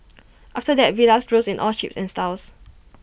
after that villas rose in all shapes and styles